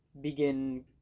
begin